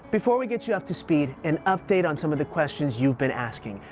before we get you up to speed, an update on some of the questions you've been asking.